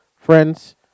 Friends